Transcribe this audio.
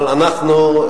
אבל אנחנו,